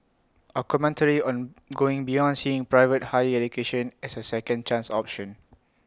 A commentary on going beyond seeing private higher education as A second chance option